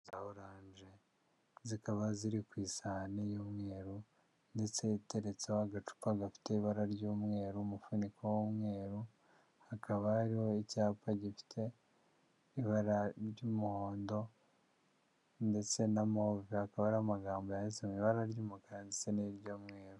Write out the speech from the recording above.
Za oranje zikaba ziri ku isahani y'umweru ndetsetereho agacupa gafite ibara ry'umweru umufuniko w'umweru, hakaba hariho icyapa gifite ibara ry'umuhondo ndetse na move, hakaba ari amagambo yaditse mu ibara ry'umukara ndetse n'iry'umweru.